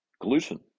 gluten